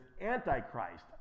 anti-Christ